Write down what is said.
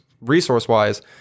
resource-wise